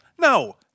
No